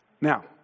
Now